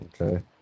Okay